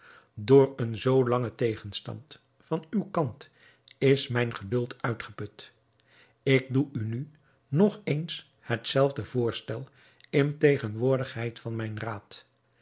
door een zoo langen tegenstand van uwen kant is mijn geduld uitgeput ik doe u nu nog eens het zelfde voorstel in tegenwoordigheid van mijn raad